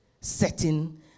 setting